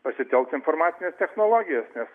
pasitelkt informacines technologijas nes